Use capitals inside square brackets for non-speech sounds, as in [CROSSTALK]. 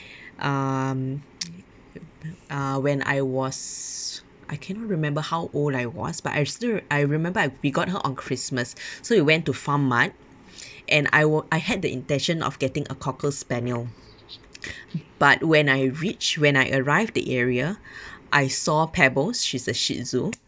um [NOISE] uh when I was I cannot remember how old I was but I still re~ I remember we got her on christmas [BREATH] so we went to farm mart [BREATH] and I were I had the intention of getting a cocker spaniel [BREATH] but when I reach when I arrived the area [BREATH] I saw pebbles she's a shih tzu